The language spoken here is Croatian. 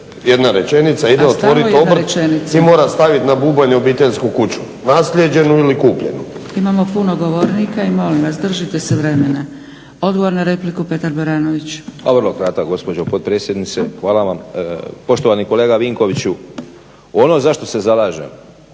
jedna rečenica otvoriti obrt i mora staviti na bubanj obiteljsku kuću, naslijeđenu ili kupljenu. **Zgrebec, Dragica (SDP)** Imamo puno govornika i molim vas držite se vremena. Odgovor na repliku Petar Baranović. **Baranović, Petar (HNS)** Vrlo kratko gospođo potpredsjednice hvala vam. Poštovani kolega Vinkoviću, ono za što se zalažem